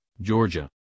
Georgia